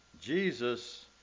Jesus